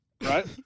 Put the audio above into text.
right